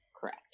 correct